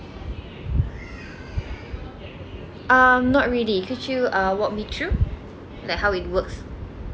um not really could you uh walk me through like how it works